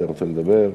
אתה רוצה לדבר?